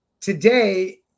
Today